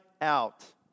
out